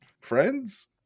friends